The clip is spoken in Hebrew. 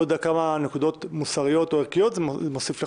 כמה נקודות מוסריות או ערכיות זה מוסיף לך,